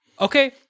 Okay